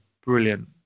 brilliant